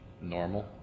Normal